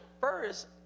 first